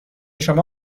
شما